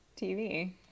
TV